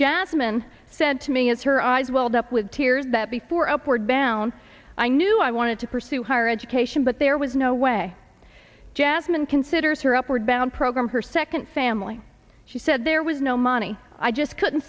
jasmine said to me as her eyes welled up with tears that before upward bound i knew i wanted to pursue higher education but there was no way jasmine considers her upward bound program her second family she said there was no money i just couldn't